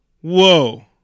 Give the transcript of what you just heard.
Whoa